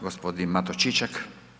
G. Mato Čičak.